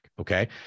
Okay